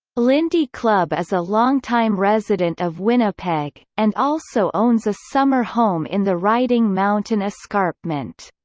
lindy clubb is a longtime resident of winnipeg, and also owns a summer home in the riding mountain escarpment.